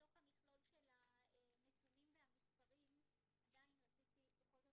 בתוך המכלול של הנתונים והמספרים עדיין רציתי בכל זאת